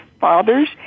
fathers